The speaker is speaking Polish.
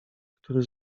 który